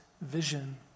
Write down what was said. vision